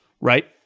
right